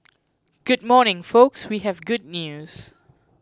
good morning folks we have good news